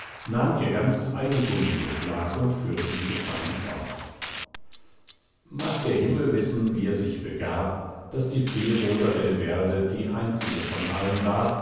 nahm ihr ganzes eigentum in beschlag und führte sie gefangen fort mag der himmel wissen wie es sich begab daß die fee rosabelverde die einzige von allen war